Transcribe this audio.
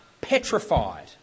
petrified